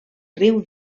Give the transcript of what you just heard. riu